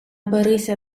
берися